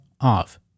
off